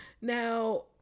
Now